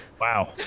Wow